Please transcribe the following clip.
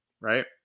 right